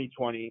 2020